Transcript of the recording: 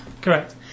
Correct